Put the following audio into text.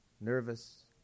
Nervous